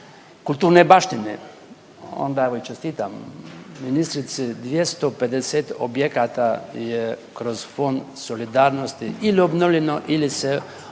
kulturne baštine onda evo i čestitam ministrici 250 objekata je kroz Fond solidarnosti ili obnovljeno ili se obnavlja,